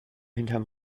hinterm